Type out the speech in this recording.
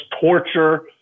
torture